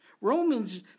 Romans